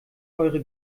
eure